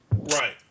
Right